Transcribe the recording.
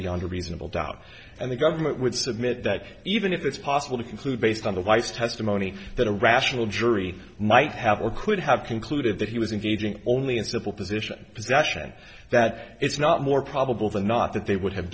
beyond a reasonable doubt and the government would submit that even if it's possible to conclude based on the vice testimony that a rational jury might have or could have concluded that he was engaging only in civil position possession that it's not more probable than not that they would have